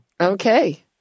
okay